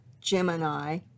Gemini